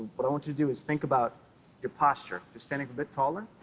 what i want you to do is think about your posture, just standing a bit taller.